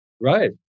Right